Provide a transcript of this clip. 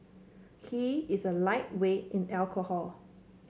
he is a lightweight in alcohol